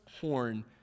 horn